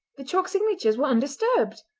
the chalk signatures were undisturbed!